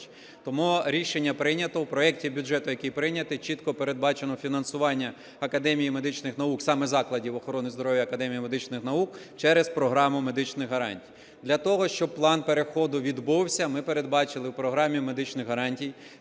Тому рішення прийнято, у проекті бюджету, який прийнятий, чітко передбачено фінансування Академії медичних наук, саме закладів охорони здоров'я Академії медичних наук, через програму медичних гарантій. Для того, щоб плану переходу відбувся, ми передбачили в програмі медичних гарантій